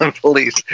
police